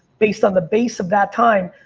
based on the base of that time.